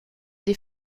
des